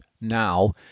now